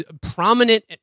prominent